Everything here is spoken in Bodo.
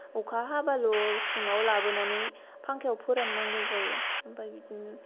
अखा हाबाल' सिङाव लाबोनानै फांखायाव फोराननांगौ जायो ओमफ्राय बिदिनो